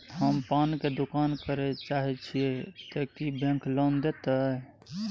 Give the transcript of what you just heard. हम पान के दुकान करे चाहे छिये ते की बैंक लोन देतै?